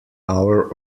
hour